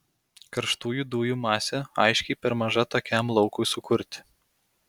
karštųjų dujų masė aiškiai per maža tokiam laukui sukurti